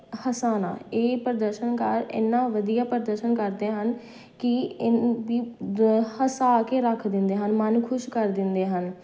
ਹਸਾਉਣਾ ਇਹ ਪ੍ਰਦਰਸ਼ਨਕਾਰ ਇੰਨਾ ਵਧੀਆ ਪ੍ਰਦਰਸ਼ਨ ਕਰਦੇ ਹਨ ਕਿ ਹੱਸਾ ਕੇ ਰੱਖ ਦਿੰਦੇ ਹਨ ਮਨ ਖੁਸ਼ ਕਰ ਦਿੰਦੇ ਹਨ